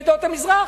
מבני עדות המזרח?